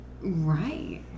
Right